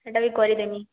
ସେଟା ବି କରିଦେମି